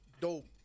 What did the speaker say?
Dope